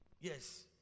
Yes